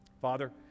father